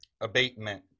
Abatement